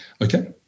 Okay